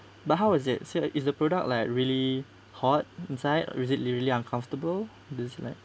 but how is it is is the product like really hot inside is it really uncomfortable it's like